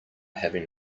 having